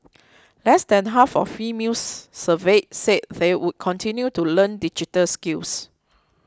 less than half of females surveyed said they would continue to learn digital skills